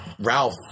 Ralph